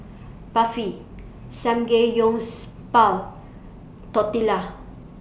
Barfi Tortillas